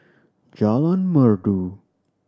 Jalan Merdu